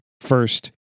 first